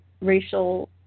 racial